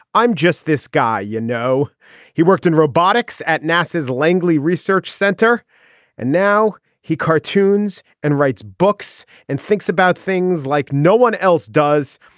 i'm just this guy you know he worked in robotics at nasa's langley research center and now he cartoons and writes books and thinks about things like no one else does.